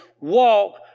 walk